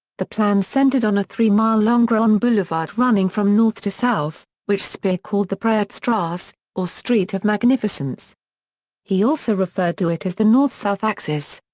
the plans centered on a three-mile long grand boulevard running from north to south, which speer called the prachtstrasse, or street of magnificence he also referred to it as the north-south axis.